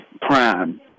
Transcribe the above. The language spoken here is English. prime